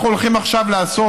אנחנו הולכים עכשיו לעשות,